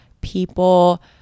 people